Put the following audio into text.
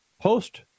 post